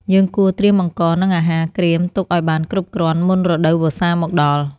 យើងគួរត្រៀមអង្ករ និងអាហារក្រៀមទុកឱ្យបានគ្រប់គ្រាន់មុនរដូវវស្សាមកដល់។